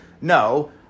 no